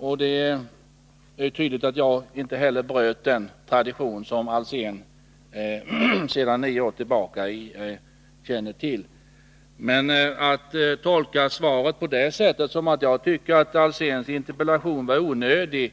Och det är tydligt att inte heller jag bröt mot den tradition som Hans Alsén känner till sedan nio år tillbaka. Men beträffande tolkningen av svaret så, att jag tycker att Hans Alséns interpellation skulle vara onödig,